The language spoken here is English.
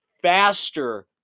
Faster